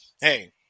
hey